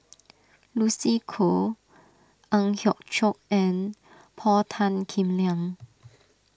Lucy Koh Ang Hiong Chiok and Paul Tan Kim Liang